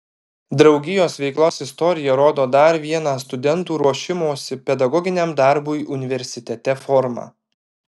draugijos veiklos istorija rodo dar vieną studentų ruošimosi pedagoginiam darbui universitete formą